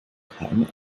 keine